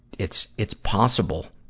it's, it's possible,